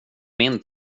min